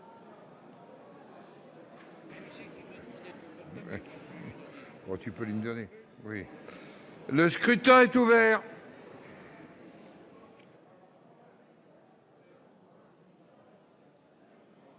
Le scrutin est ouvert.